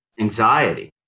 anxiety